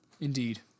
Indeed